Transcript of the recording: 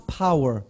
power